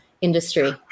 industry